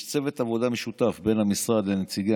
יש צוות עבודה משותף בין המשרד לנציגי